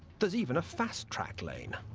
there's even a fast track lane.